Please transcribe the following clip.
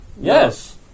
Yes